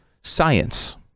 science